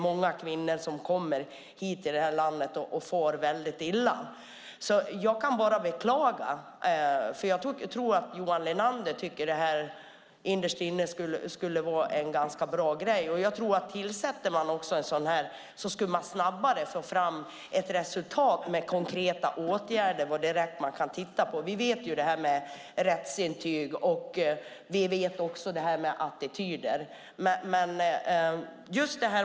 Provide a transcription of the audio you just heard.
Många kvinnor kommer hit till det här landet och far väldigt illa. Jag kan bara beklaga detta. Jag tror att Johan Linander innerst inne tycker att detta skulle vara rätt bra. Om man tillsätter en granskningskommission skulle man snabbare få fram ett resultat med konkreta åtgärder över sådant som man kan titta på direkt. Vi känner till detta med rättsintyg och med attityder.